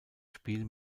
spiel